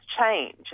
change